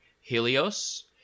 Helios